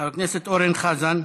חבר הכנסת אורן חזן.